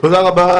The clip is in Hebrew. תודה רבה,